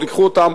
עוד ייקחו אותם,